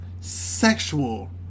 Sexual